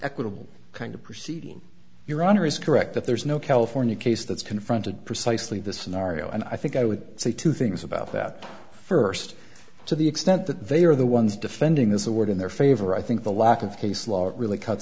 equitable kind of proceeding your honor is correct that there is no california case that's confronted precisely this scenario and i think i would say two things about that first to the extent that they are the ones defending this award in their favor i think the lack of case law it really cuts